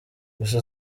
gusa